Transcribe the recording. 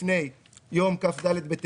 בשנת הבסיס" מחזור עסקאות כפי שדווח לרשות